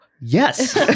yes